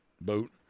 boat